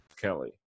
Kelly